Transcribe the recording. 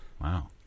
Wow